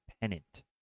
pennant